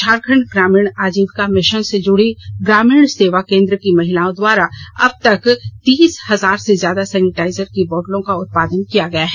झारखण्ड ग्रामीण आजीविका मिशन से जुड़ी ग्रामीण सेवा केंद्र की महिलाओं द्वारा अब तक तीस हजार से ज्यादा सैनिटाइजर की बोतलों का उत्पादन किया गया है